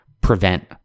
prevent